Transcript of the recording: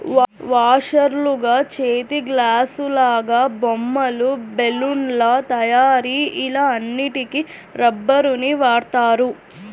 వాషర్లుగా, చేతిగ్లాసులాగా, బొమ్మలు, బెలూన్ల తయారీ ఇలా అన్నిటికి రబ్బరుని వాడుతారు